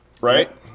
right